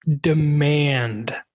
demand